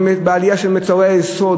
בעלייה של מחירי מוצרי היסוד,